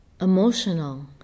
emotional